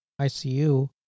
ICU